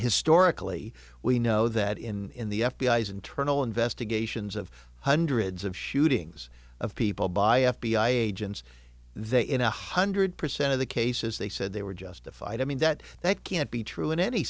historically we know that in the f b i s internal investigations of hundreds of shootings of people by f b i agents they in one hundred percent of the cases they said they were justified i mean that that can't be true in any